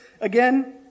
again